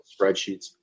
spreadsheets